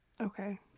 Okay